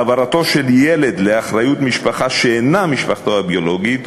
העברתו של ילד לאחריות משפחה שאינה משפחתו הביולוגית,